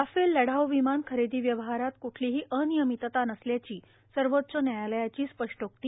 Rafale लढाऊ र्विमान खरेदी व्यवहारात कुठलाही र्आनर्यामतता नसल्याची सर्वाच्च न्यायालयाची स्पष्टोक्ती